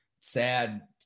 sad